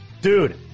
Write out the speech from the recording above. dude